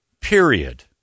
Period